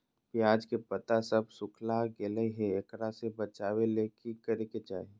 प्याज के पत्ता सब सुखना गेलै हैं, एकरा से बचाबे ले की करेके चाही?